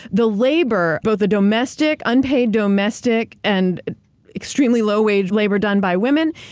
the labor, both the domestic. unpaid domestic and extremely low wage labor done by women,